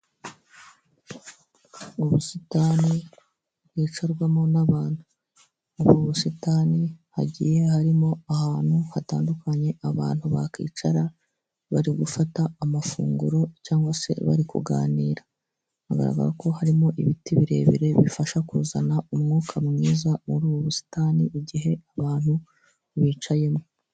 Ubusitani bwicarwamo n'abantu, muri ubu busitani hagiye harimo ahantu hatandukanye abantu bakicara bari gufata amafunguro cyangwa se bari kuganira. Bigaragara ko harimo ibiti birebire bifasha kuzana umwuka mwiza muri ubu busitani igihe abantu bicayemo.